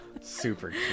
super